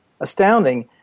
astounding